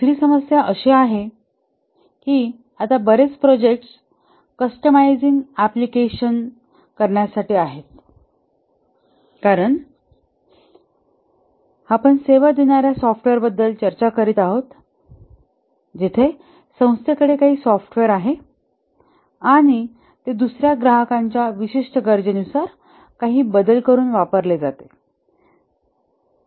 दुसरी समस्या अशी आहे की आता बरेच प्रोजेक्ट कस्टमाईझिंग अँप्लिकेशन्स करण्यासाठी आहेत कारण आपण सेवा देणाऱ्या सॉफ्टवेअर बद्दल चर्चा करीत आहोत जिथे संस्थे कडे काही सॉफ्टवेअर आहे आणि ते दुसर्या ग्राहकाच्या विशिष्ट गरजेनुसार काही बदल करून वापरले जाते